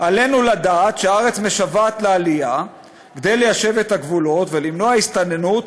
"עלינו לדעת שהארץ משוועת לעלייה כדי ליישב את הגבולות ולמנוע הסתננות"